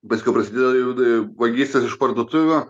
paskiau prasidėjo vagystės iš parduotuvių